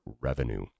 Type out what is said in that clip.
revenue